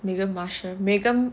meghan markle meghan